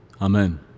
Amen